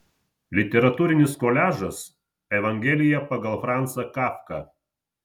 literatūrinis koliažas evangelija pagal francą kafką